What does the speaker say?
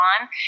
on